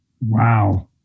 Wow